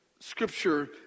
Scripture